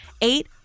eight